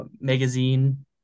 magazine